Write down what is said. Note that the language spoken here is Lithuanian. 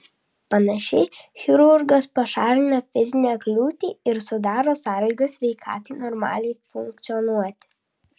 panašiai chirurgas pašalina fizinę kliūtį ir sudaro sąlygas sveikatai normaliai funkcionuoti